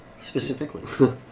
specifically